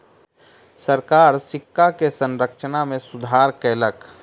सरकार सिक्का के संरचना में सुधार कयलक